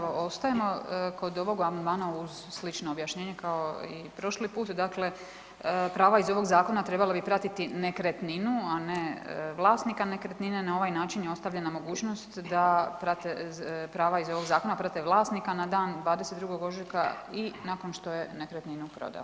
Ostajemo kod ovog amandmana uz slično objašnjenje kao i prošli put, dakle prava iz ovog zakona trebala bi pratiti nekretninu a ne vlasnika nekretnine, na ovaj način je ostavljena mogućnost da prava iz ovog zakona prate vlasnik na dan 22. ožujka i nakon što je nekretnina prodana.